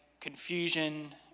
confusion